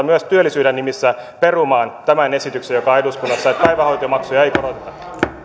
myös työllisyyden nimissä perumaan tämän esityksen joka on eduskunnassa niin että päivähoitomaksuja ei koroteta